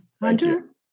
Hunter